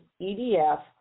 EDF